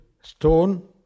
stone